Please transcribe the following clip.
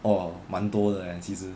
orh 蛮多的 leh 其实